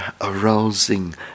arousing